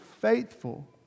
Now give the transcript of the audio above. faithful